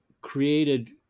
created